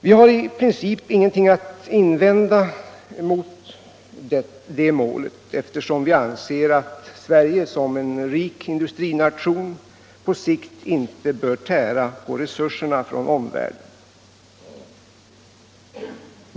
Vi har i princip ingenting att invända mot det målet, eftersom vi anser att Sverige som en rik industrination på sikt inte bör tära på resurserna från omvärlden.